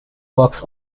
works